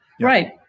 Right